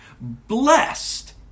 Blessed